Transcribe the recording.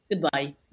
Goodbye